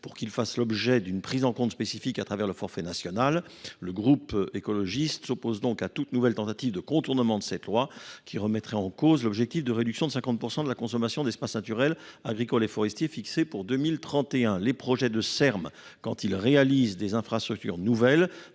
pour qu'ils fassent l'objet d'une prise en compte spécifique à travers le forfait national le groupe écologiste s'oppose donc à toute nouvelle tentative de contournement de cette loi qui remettrait en cause l'objectif de réduction de cinquante de la consommation d'espaces naturels agricoles et forestiers fixés pour deux mille trente et un les projets de serm quand ils réalisent des infrastructures nouvelles